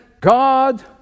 God